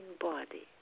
body